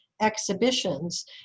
exhibitions